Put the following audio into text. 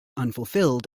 unfulfilled